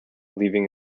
leaving